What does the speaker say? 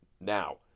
Now